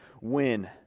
win